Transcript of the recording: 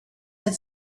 had